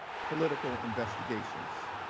political investigation.